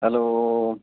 hello